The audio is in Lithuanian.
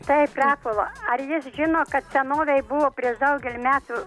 taip rapolo ar jis žino kad senovėj buvo prieš daugelį metų